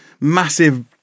massive